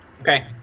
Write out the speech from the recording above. Okay